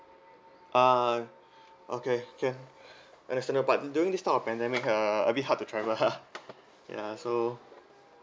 ah okay can additional but during this kind of pandemic uh a bit hard to travel !huh! ya so